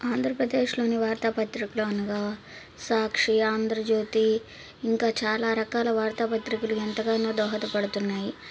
ఆంధ్రప్రదేశ్లోని వార్తాపత్రికలు అనగా సాక్షి ఆంధ్రజ్యోతి ఇంకా చాలా రకాల వార్తాపత్రికలు ఎంతగానో దోహదపడుతున్నాయి